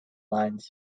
lines